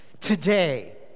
today